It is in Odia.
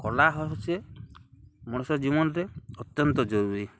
କଲା ହଉଚେ ମଣିଷ ଜୀବନ୍ରେ ଅତ୍ୟନ୍ତ ଜରୁରୀ